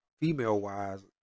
Female-wise